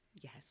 Yes